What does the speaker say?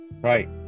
right